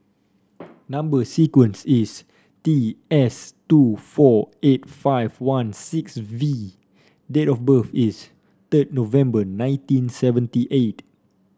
number sequence is T S two four eight five one six V date of birth is third November nineteen seventy eight